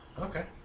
okay